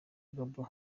gabon